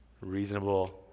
reasonable